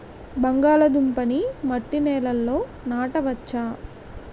బంగాళదుంప నీ మట్టి నేలల్లో నాట వచ్చా?